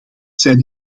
zijn